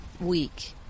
week